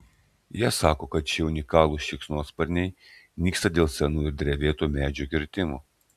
jie sako kad šie unikalūs šikšnosparniai nyksta dėl senų ir drevėtų medžių kirtimo